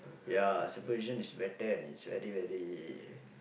ya supervision is better and is very very